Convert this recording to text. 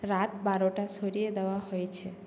রাত বারোটা সরিয়ে দেওয়া হয়েছে